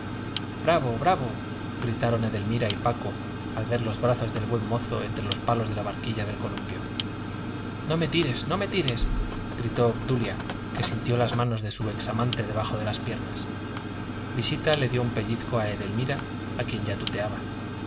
bravo bravo gritaron edelmira y paco al ver los brazos del buen mozo entre los palos de la barquilla del columpio no me tires no me tires gritó obdulia que sintió las manos de su ex amante debajo de las piernas visita le dio un pellizco a edelmira a quien ya tuteaba